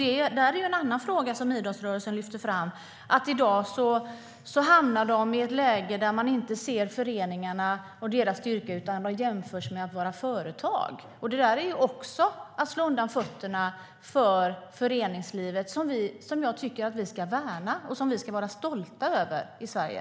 En annan fråga som idrottsrörelsen lyfter fram är att man inte ser föreningarna och deras styrka, utan de jämförs med företag. Detta är också att slå undan fötterna för föreningslivet, som jag tycker att vi ska värna och vara stolta över i Sverige.